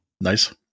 nice